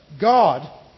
God